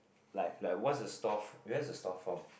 like like what's the store where's the stores from